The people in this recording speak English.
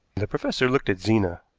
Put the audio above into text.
the professor looked at zena.